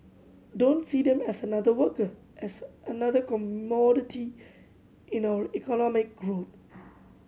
don't see them as another worker as another commodity in our economic growth